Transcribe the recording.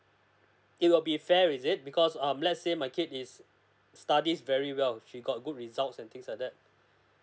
it will be fair is it because um let's say my kid is studies very well she got good results and things like that